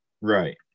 right